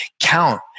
count